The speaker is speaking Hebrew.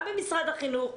גם במשרד החינוך,